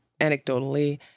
anecdotally